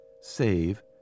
save